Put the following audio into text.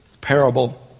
parable